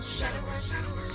Shadow